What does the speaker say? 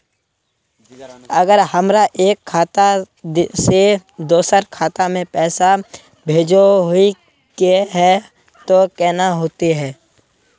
अगर हमरा एक खाता से दोसर खाता में पैसा भेजोहो के है तो केना होते है?